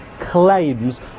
claims